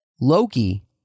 Loki